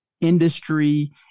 industry